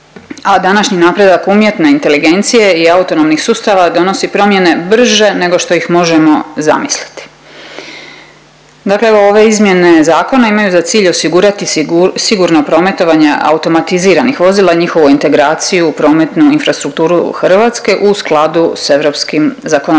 a današnji napredak umjetne inteligencije i autonomnih sustava donosi promjene brže nego što ih možemo zamisliti. Dakle, evo ove izmjene zakona imaju za cilj osigurati sigurno prometovanje automatiziranih vozila i njihovu integraciju u prometnu infrastrukturu Hrvatske u skladu s europskim zakonodavstvom.